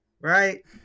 Right